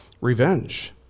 revenge